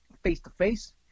face-to-face